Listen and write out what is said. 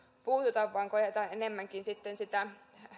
puututa vaan koetetaan enemmänkin sitten sitä